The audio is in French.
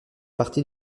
partie